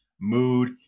mood